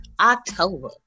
October